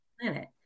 planet